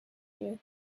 you